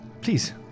Please